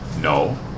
No